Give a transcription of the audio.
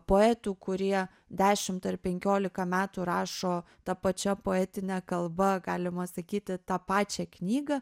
poetų kurie dešimt ar penkiolika metų rašo ta pačia poetine kalba galima sakyti tą pačią knygą